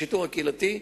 השיטור הקהילתי,